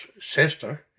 sister